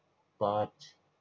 پانچ